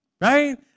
Right